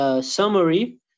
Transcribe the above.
Summary